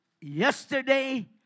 yesterday